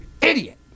idiot